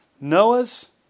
Noah's